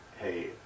hey